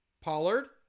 Pollard